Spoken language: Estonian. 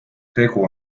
tegu